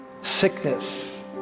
sickness